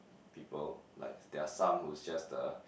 people like they're some who's just the